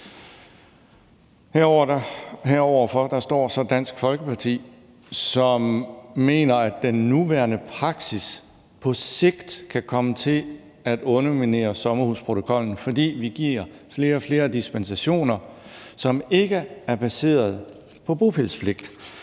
Heroverfor står så Dansk Folkeparti, som mener, at den nuværende praksis på sigt kan komme til at underminere sommerhusprotokollen, fordi vi giver flere og flere dispensationer, som ikke er baseret på bopælspligt.